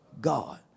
God